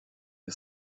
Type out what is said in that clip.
you